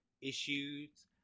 issues